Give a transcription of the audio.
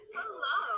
Hello